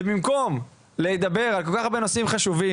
ובמקום לדבר על כל כך הרבה נושאים חשובים,